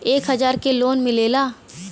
एक हजार के लोन मिलेला?